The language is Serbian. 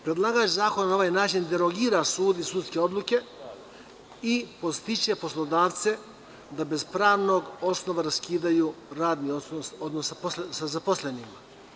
Predlagač zakona na ovaj način derogira sud i sudske odluke i podstiče poslodavce da bez pravnog osnova raskidaju radni odnos sa zaposlenima.